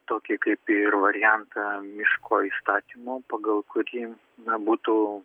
tokį kaip ir variantą miško įstatymo pagal kurį na būtų